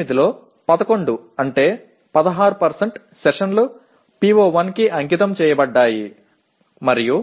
68 లో 11 అంటే 16 సెషన్లు PO1 కి అంకితం చేయబడ్డాయి మరియు